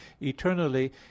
eternally